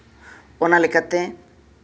ᱚᱱᱟ ᱞᱮᱠᱟᱛᱮ